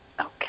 Okay